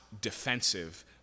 defensive